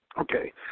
Okay